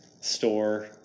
store